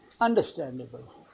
understandable